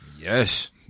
Yes